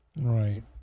Right